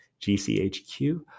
GCHQ